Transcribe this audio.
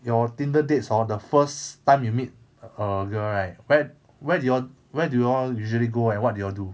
your Tinder dates hor the first time you meet a a girl right where where do you all where do you all usually go and what do you all do